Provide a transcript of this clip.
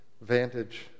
vantage